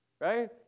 Right